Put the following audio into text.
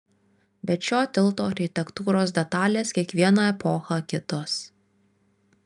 bet šio tilto architektūros detalės kiekvieną epochą kitos